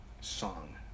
song